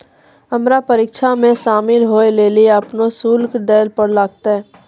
हमरा परीक्षा मे शामिल होय लेली अपनो शुल्क दैल लागतै